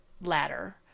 ladder